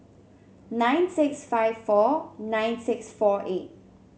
nine six five four nine six four eight